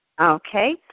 Okay